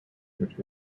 which